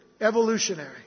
Evolutionary